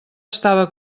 estava